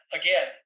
again